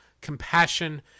compassion